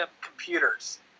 computers